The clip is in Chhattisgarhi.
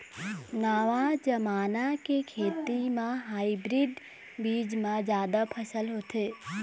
नवा जमाना के खेती म हाइब्रिड बीज म जादा फसल होथे